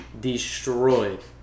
destroyed